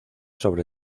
sobre